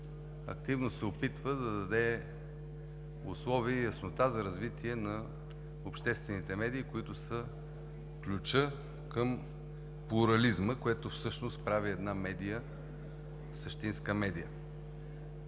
активно се опитва да даде условия и яснота за развитие на обществените медии, които са ключът към плурализма, което прави една медия същинска медия.